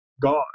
gone